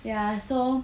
ya so